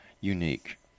unique